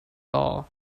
all